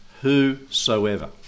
whosoever